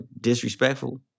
disrespectful